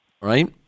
right